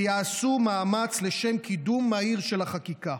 ויעשו מאמץ לשם קידום מהיר של החקיקה,